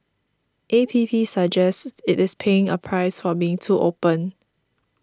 A P P suggests it is paying a price for being too open